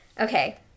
Okay